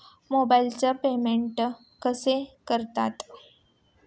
मोबाइलचे पेमेंट कसे करतात?